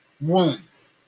wounds